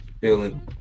Feeling